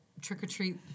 trick-or-treat